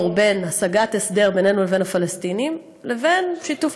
בין השגת הסדר בינינו לבין הפלסטינים לבין שיתוף,